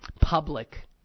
public